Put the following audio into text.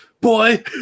boy